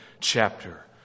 chapter